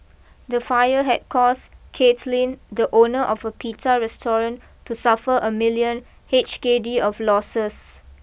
the fire had caused Kaitlynn the owner of a Pita restaurant to suffer a million H K D of losses